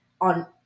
on